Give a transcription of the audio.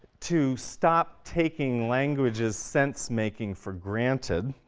to stop taking language's sense-making for granted